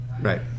Right